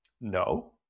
No